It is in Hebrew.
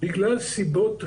בגלל סיבות רלוונטיות.